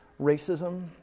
Racism